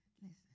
listen